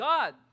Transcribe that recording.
God